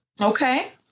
Okay